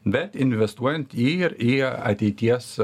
bet investuojant į į ateities